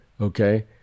Okay